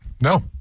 No